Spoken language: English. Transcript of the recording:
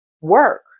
work